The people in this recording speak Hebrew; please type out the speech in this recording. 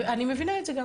אני מבינה את זה.